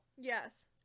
Yes